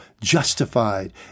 justified